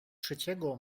trzeciego